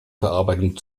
verarbeitung